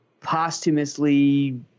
posthumously